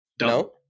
No